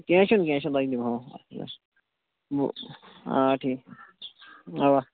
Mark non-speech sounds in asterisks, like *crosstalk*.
کیٚنہہ چھُنہٕ کیٚنہہ چھُنہٕ تۄہہِ دِمہو *unintelligible* آ ٹھیٖک *unintelligible* اَوا